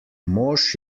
mož